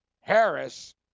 Harris